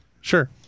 sure